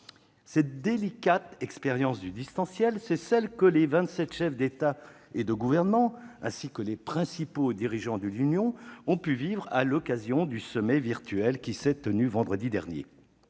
Cette délicate expérience du distanciel est celle que les vingt-sept chefs d'État et de gouvernement, ainsi que les principaux dirigeants de l'Union ont pu vivre à l'occasion du sommet virtuel qui s'est tenu vendredi dernier.